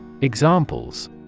Examples